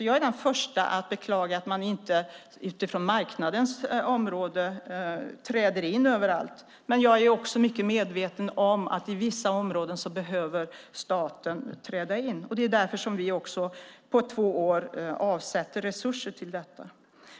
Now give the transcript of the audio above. Jag är den första att beklaga att man inte utifrån marknadens område träder in överallt, men jag är också mycket medveten om att i vissa områden behöver staten träda in. Det är därför som vi också på två år avsätter resurser till detta.